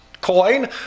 coin